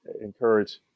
encourage